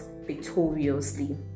victoriously